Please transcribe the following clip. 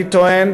אני טוען